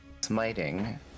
smiting